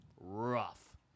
rough